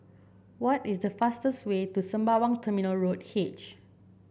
what is the fastest way to Sembawang Terminal Road H